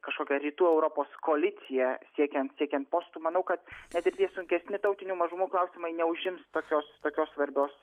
kažkokią rytų europos koaliciją siekiant siekiant postų manau kad net ir tie sunkesni tautinių mažumų klausimai neužims tokios tokios svarbios